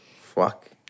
Fuck